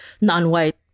non-white